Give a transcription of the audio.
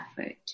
effort